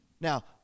Now